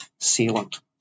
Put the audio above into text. sealant